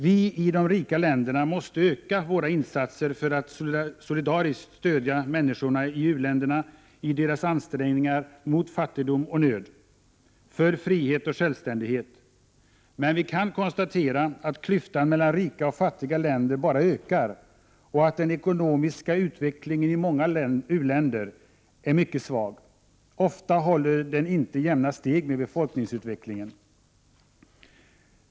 Vi i de rika länderna måste öka våra insatser för att solidariskt stödja människorna i u-länderna i deras ansträngningar mot fattigdom och nöd, för frihet och självständighet. Vi kan dock konstatera att klyftan mellan rika och fattiga länder bara ökar och att den ekonomiska utvecklingen i många u-länder är mycket svag. Ofta håller den inte jämna steg med befolkningsutvecklingen.